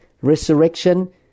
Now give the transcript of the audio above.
resurrection